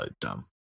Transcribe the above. dumb